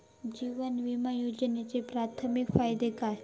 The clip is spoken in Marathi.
जीवन विमा योजनेचे प्राथमिक फायदे काय आसत?